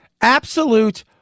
Absolute